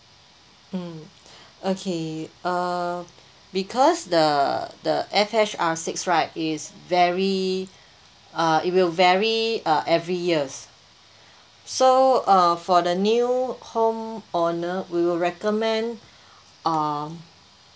mm okay uh because the the F H R six right it's very uh it will vary uh every years so uh for the new home owner we'll recommend uh